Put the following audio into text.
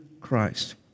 Christ